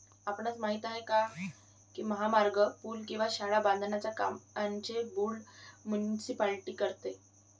आपणास माहित आहे काय की महामार्ग, पूल किंवा शाळा बांधण्याच्या कामांचे बोंड मुनीसिपालिटी करतो?